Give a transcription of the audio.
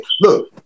look